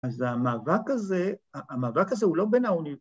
‫אז המאבק הזה, ‫המאבק הזה הוא לא בין האוניברסיטה.